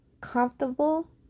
comfortable